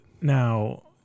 now